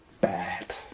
bad